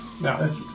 No